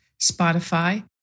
Spotify